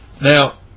Now